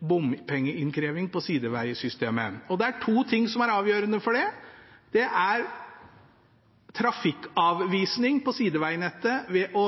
bompengeinnkreving på sidevegsystemet. Det er to ting som er avgjørende for det. Det er trafikkavvisning på hovedvegen ved